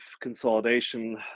consolidation